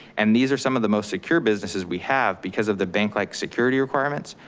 and these are some of the most secure businesses we have because of the bank-like security requirements,